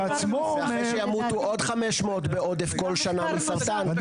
אחרי שימותו עוד 500 בעודף כל שנה מסרטן,